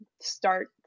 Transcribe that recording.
start